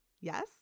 Yes